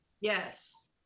Yes